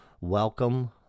Welcome